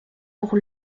pour